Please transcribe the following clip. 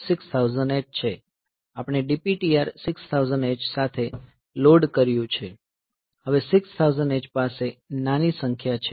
આપણે DPTR 6000 H સાથે load કર્યું છે હવે 6000 H પાસે નાની સંખ્યા છે